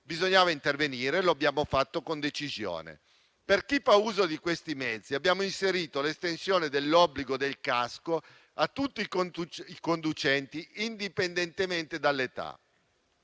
Bisognava intervenire e lo abbiamo fatto con decisione: per chi fa uso di questi mezzi abbiamo inserito l'estensione dell'obbligo del casco a tutti i conducenti, indipendentemente dall'età.